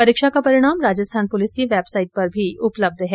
परीक्षा का परिणाम राजस्थान पुलिस की वेबसाईट पर भी उपलब्ध है